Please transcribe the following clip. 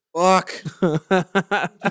Fuck